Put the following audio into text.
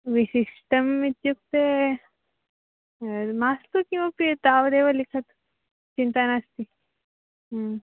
विशिष्टम् इत्युक्ते मास्तु किमपि तावदेव लिखतु चिन्ता नास्ति ह्म्